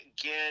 Again